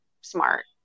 smart